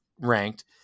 ranked